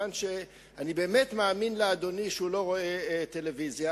מכיוון שאני באמת מאמין לאדוני שהוא לא רואה טלוויזיה,